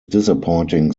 disappointing